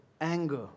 anger